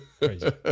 crazy